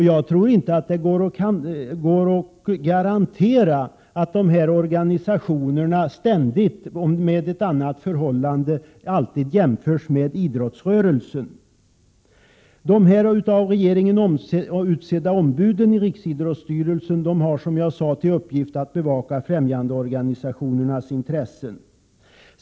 Jag tror inte att det går att garantera att dessa organisationer ständigt under andra förhållanden jämförs med idrottsrörelsen. De av regeringen utsedda ombuden i riksidrottsstyrelsen har, som jag sade, till uppgift att bevaka främjandeorganisationernas intressen.